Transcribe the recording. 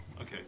Okay